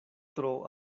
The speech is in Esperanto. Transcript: tro